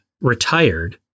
retired